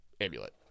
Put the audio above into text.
Amulet